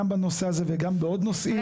גם בנושא הזה וגם בעוד נושאים,